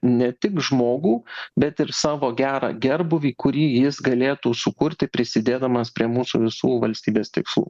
ne tik žmogų bet ir savo gerą gerbūvį kurį jis galėtų sukurti prisidėdamas prie mūsų visų valstybės tikslų